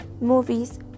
movies